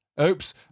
Oops